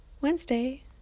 Wednesday